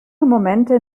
momente